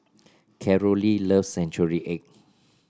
Carolee loves Century Egg